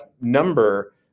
number